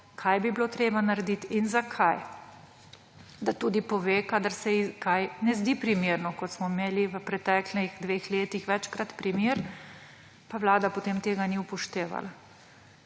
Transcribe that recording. kaj bi bilo treba narediti in zakaj. Da tudi pove, kadar se ji kaj ne zdi primerno, kot smo imeli v preteklih dveh letih večkrat primer, pa vlada potem tega ni upoštevala.